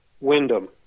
Wyndham